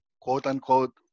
quote-unquote